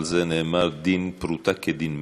על זה נאמר: דין פרוטה כדין מאה.